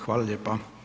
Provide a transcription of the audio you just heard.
Hvala lijepa.